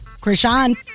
Krishan